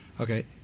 Okay